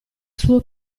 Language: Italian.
suo